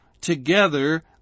together